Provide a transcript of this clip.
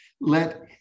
Let